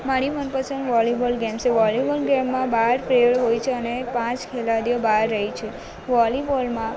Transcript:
મારી મનપસંદ volleyball game છે વોલીબોલ ગેમમાં બાર પ્લેયર હોય છે અને પાંચ ખેલાડીઓ બહાર રહે છે વોલીબોલમાં